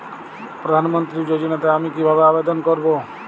প্রধান মন্ত্রী যোজনাতে আমি কিভাবে আবেদন করবো?